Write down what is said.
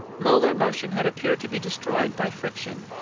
molar motion had appeared to be destroyed by friction.